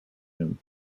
him